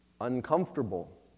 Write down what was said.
uncomfortable